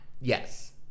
yes